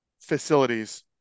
facilities